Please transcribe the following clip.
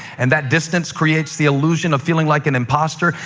and that distance creates the illusion of feeling like an imposter.